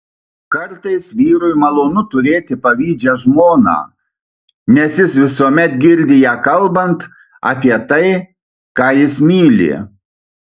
kartais vyrui malonu turėti pavydžią žmoną nes jis visuomet girdi ją kalbant apie tai ką jis myli